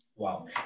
Wow